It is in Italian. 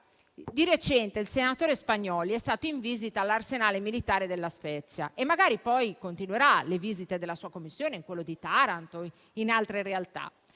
Di recente il senatore Spagnolli è stato in visita all'arsenale militare di La Spezia e magari continueranno le visite della sua Commissione in quello di Taranto e in altre realtà.